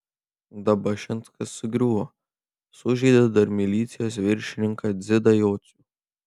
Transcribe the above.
dabašinskas sugriuvo sužeidė dar milicijos viršininką dzidą jocių